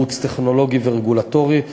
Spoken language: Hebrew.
ייעוץ טכנולוגי ורגולטורי,